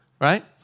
right